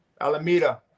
Alameda